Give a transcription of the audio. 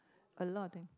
a lot of thing